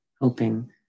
hoping